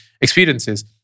experiences